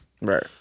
Right